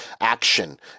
action